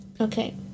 Okay